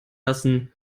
lassen